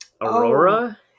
Aurora